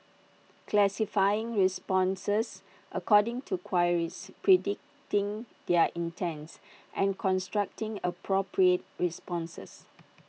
classifying responses according to queries predicting their intents and constructing appropriate responses